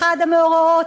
אחד המאורעות,